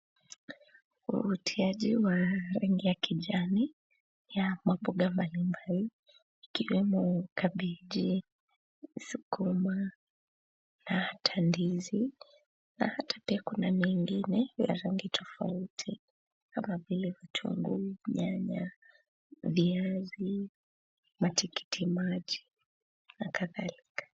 Uvutiaje wa rangi ya kijani ya maboga mbalimbali yakiwemo kabiji, sukuma na hata ndizi na hata ndengu na mengine ya rangi tofauti kama vile kitunguu, nyanya, viazi, matikitimaji na kadhalika.